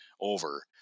over